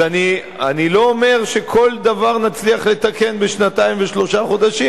אני לא אומר שכל דבר נצליח לתקן בשנתיים ושלושה חודשים.